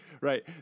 right